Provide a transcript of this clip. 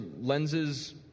lenses